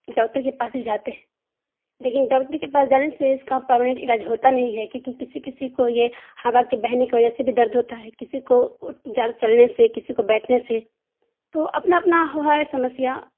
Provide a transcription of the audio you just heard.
doctor کے پاس بھی جاتے ہیں لیکن ڈاکٹر کے پاس جانے سے اس کا پرماننٹ علاج ہوتا نہیں ہے کیوں کہ کسی کسی کو یہ ہوا کے بہنے کی وجہ سے بھی درد ہوتا ہے کسی کو زیادہ چلنے سے کسی کو بیٹھنے سے تو اپنا اپنا ہے سمسیا